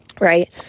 Right